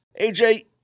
AJ